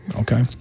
Okay